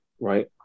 right